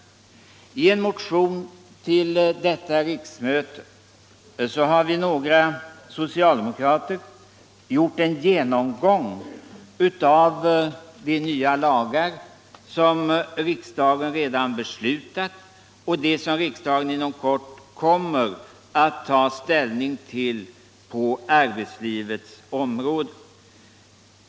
Vi är några socialdemokrater som i en motion gjort en genomgång av de nya lagar som riksdagen redan beslutat om och de som riksdagen inom kort kommer att ta ställning till på arbetslivets område.